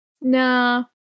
No